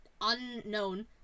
unknown